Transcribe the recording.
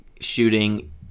shooting